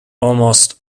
almost